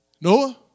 Noah